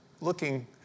looking